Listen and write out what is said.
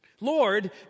Lord